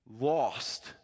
lost